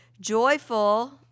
Joyful